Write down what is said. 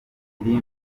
filime